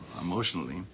emotionally